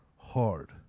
hard